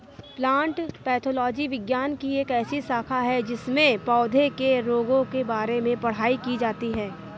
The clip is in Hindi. प्लांट पैथोलॉजी विज्ञान की ऐसी शाखा है जिसमें पौधों के रोगों के बारे में पढ़ाई की जाती है